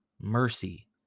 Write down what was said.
mercy